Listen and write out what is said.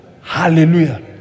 Hallelujah